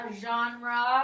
genre